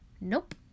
Nope